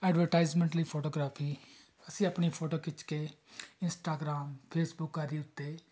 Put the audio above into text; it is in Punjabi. ਐਡਵਰਟਾਈਜਮੈਂਟ ਲਈ ਫੋਟੋਗ੍ਰਾਫੀ ਅਸੀਂ ਆਪਣੀ ਫੋਟੋ ਖਿੱਚ ਕੇ ਇੰਸਟਾਗ੍ਰਾਮ ਫੇਸਬੁੱਕ ਆਦਿ ਉੱਤੇ